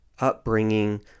Upbringing